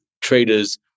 traders